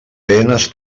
penes